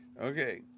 Okay